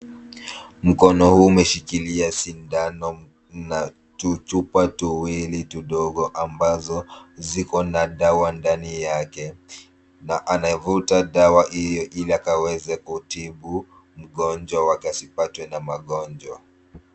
Mkono huu umeshikilia sindano na tuchupa tuwili tudogo ambazo ziko na dawa ndani yake na anaivuta dawa hiyo ili akaweze kutibu mgonjwa wake asipatwe na magonjwa.